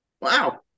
Wow